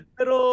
Pero